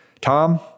Tom